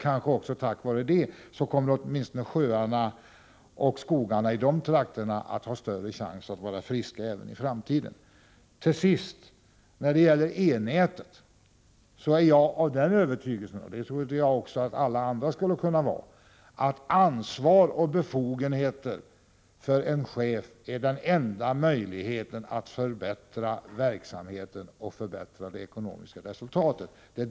Tack vare detta kommer kanske också sjöarna och skogarna i de berörda trakterna att ha en chans att hålla sig friska även i framtiden. När det till sist gäller E-nätet har jag den övertygelsen — och jag tror att också alla andra skulle kunna ha det — att ansvar och befogenheter för en chef är den enda möjligheten att förbättra verksamheten och det ekonomiska resultatet.